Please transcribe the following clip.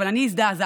אבל אני הזדעזעתי,